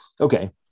okay